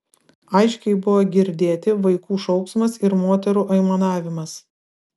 aiškiai buvo girdėti vaikų šauksmas ir moterų aimanavimas